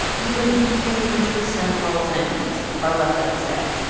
even huge, central things are left unsaid.